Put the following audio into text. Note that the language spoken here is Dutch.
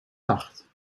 zacht